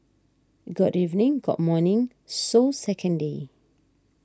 got evening got morning so second day